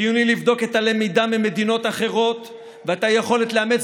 חיוני לבדוק את הלמידה ממדינות אחרות ואת היכולת לאמץ